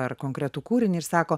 ar konkretų kūrinį ir sako